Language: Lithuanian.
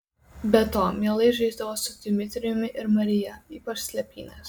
be to mielai žaisdavo su dmitrijumi ir marija ypač slėpynes